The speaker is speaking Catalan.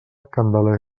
candeler